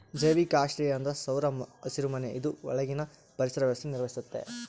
ಜೈವಿಕ ಆಶ್ರಯ ಅಂದ್ರ ಸೌರ ಹಸಿರುಮನೆ ಇದು ಒಳಗಿನ ಪರಿಸರ ವ್ಯವಸ್ಥೆ ನಿರ್ವಹಿಸ್ತತೆ